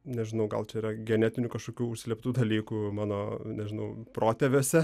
nežinau gal čia yra genetinių kažkokių užslėptų dalykų mano nežinau protėviuose